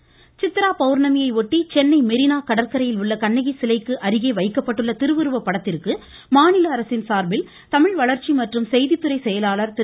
கண்ணகி சித்ரா பௌர்ணமியையொட்டி சென்னை மொீனா கடற்கரையில் உள்ள கண்ணகி சிலைக்கு அருகே வைக்கப்பட்டுள்ள திருவுருவப்படத்திற்கு மாநில அரசின் சார்பில் தமிழ் வளர்ச்சி மற்றும் செய்தி துறை செயலாளர் திரு